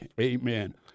Amen